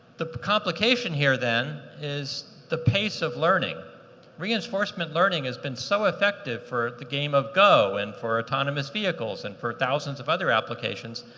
the complication here, then, is the pace of learning reinforcement. learning has been so effective for the game of go and for autonomous vehicles and for thousands of other applications,